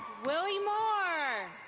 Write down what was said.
willie moore.